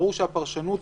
ברור שהפרשנות,